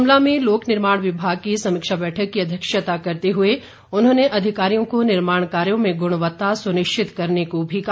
शिमला में लोकनिर्माण विभाग की समीक्षा बैठक की अध्यक्षता करते हुए उन्होंने अधिकारियों को निर्माण कार्यों में गुणवत्ता सुनिश्चित करने को भी कहा